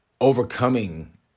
overcoming